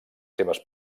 seves